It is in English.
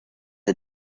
had